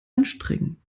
anstrengen